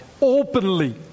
openly